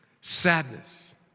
sadness